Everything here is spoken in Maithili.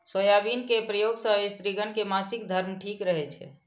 सोयाबिन के प्रयोग सं स्त्रिगण के मासिक धर्म ठीक रहै छै